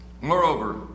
Moreover